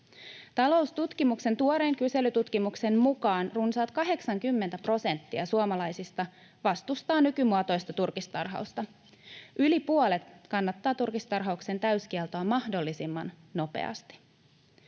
Taloustutkimuksen tuoreen kyselytutkimuksen mukaan runsaat 80 prosenttia suomalaisista vastustaa nykymuotoista turkistarhausta. Yli puolet kannattaa turkistarhauksen täyskieltoa mahdollisimman nopeasti.